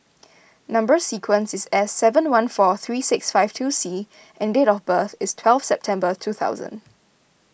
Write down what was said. Number Sequence is S seven one four three six five two C and date of birth is twelve September two thousand